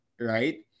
right